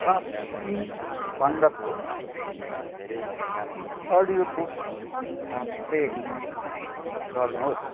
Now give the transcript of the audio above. Ruskin बोन्डको audiobook play गर्नुहोस्